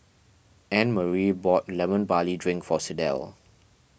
Annemarie bought Lemon Barley Drink for Sydell